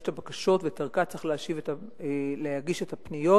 את הבקשות ודרכה צריך להגיש את הפניות.